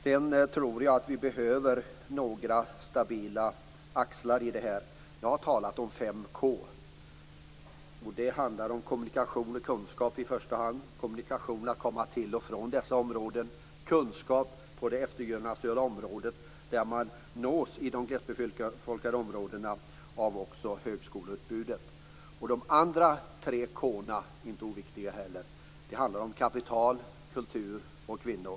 Jag tror att vi behöver några stabila axlar i detta arbete. Jag har talat om fem k:n. Det handlar i första hand om kommunikationer och kunskap. Det behövs kommunikationer för att komma till och från dessa områden. Det behövs kunskap på det eftergymnasiala området, där också de glesbefolkade områdena skall nås av högskoleutbudet. De andra tre k:na är inte heller de oviktiga. Det handlar om kapital, kultur och kvinnor.